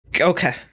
Okay